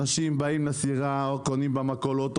אנשים באים לסירה או קונים במכולות,